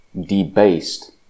debased